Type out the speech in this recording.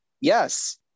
Yes